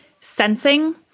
sensing